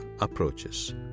approaches